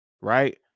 right